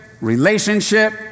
relationship